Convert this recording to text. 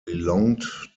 belonged